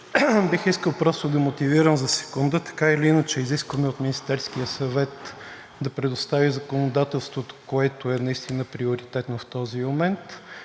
Бих искал просто да мотивирам за секунда. Така или иначе изискваме от Министерския съвет да предостави законодателството, което наистина е приоритетно в този момент.